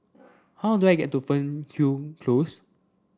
how do I get to Fernhill Close